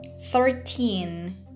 thirteen